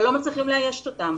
אבל לא מצליחים לאייש אותם.